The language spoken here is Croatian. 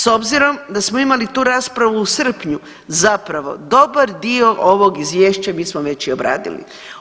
S obzirom da smo imali tu raspravu u srpnju zapravo dobar dio ovog izvješća bismo već i obradili.